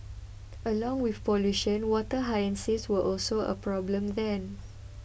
along with pollution water hyacinths were also a problem then